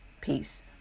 Peace